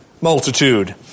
Multitude